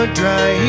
dry